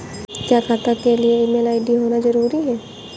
क्या खाता के लिए ईमेल आई.डी होना जरूरी है?